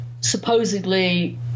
supposedly